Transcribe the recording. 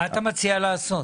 מה אתה מציע לעשות?